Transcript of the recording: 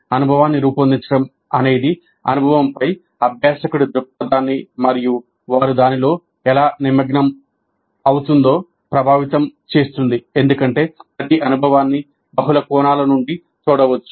అనుభవాన్ని రూపొందించడం అనేది అనుభవంపై అభ్యాసకుడి దృక్పథాన్ని మరియు వారు దానిలో ఎలా నిమగ్నం అవుతుందో ప్రభావితం చేస్తుంది ఎందుకంటే ప్రతి అనుభవాన్ని బహుళ కోణాల నుండి చూడవచ్చు